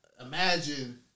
Imagine